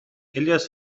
الیاس